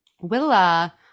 Willa